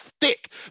thick